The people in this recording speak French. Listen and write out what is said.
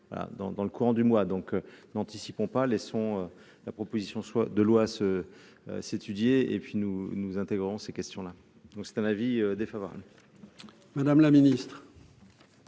dans le courant du mois, donc n'anticipons pas les la proposition soit de loi se s'étudier et puis nous nous intégrons ces questions là, donc c'est un avis défavorable. Madame la Ministre.